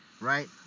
Right